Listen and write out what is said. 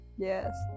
Yes